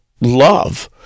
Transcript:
love